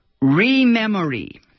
re-memory